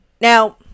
Now